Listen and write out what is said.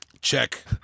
Check